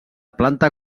planta